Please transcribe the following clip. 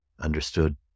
understood